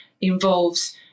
involves